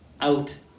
out